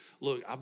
look